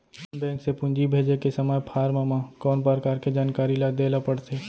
Bank से पूंजी भेजे के समय फॉर्म म कौन परकार के जानकारी ल दे ला पड़थे?